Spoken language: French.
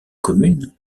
commune